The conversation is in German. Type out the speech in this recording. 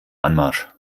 anmarsch